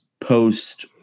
post